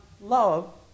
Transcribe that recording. love